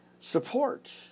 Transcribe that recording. support